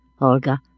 Olga